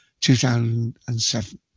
2007